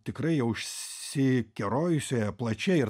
tikrai jau išsikerojusioje plačiai ir